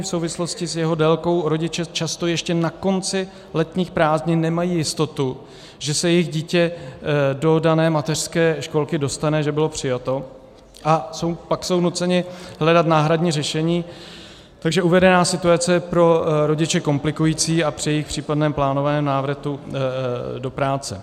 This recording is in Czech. V souvislosti s jeho délkou rodiče často ještě na konci letních prázdnin nemají jistotu, že se jejich dítě do dané mateřské školky dostane a že bylo přijato, a pak jsou nuceni hledat náhradní řešení, takže uvedená situace je pro rodiče komplikující při jejich případném plánovaném návratu do práce.